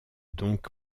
donc